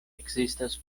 ekzistas